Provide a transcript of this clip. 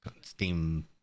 Steam